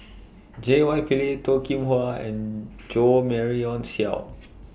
J Y Pillay Toh Kim Hwa and Jo Marion Seow